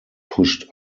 pushed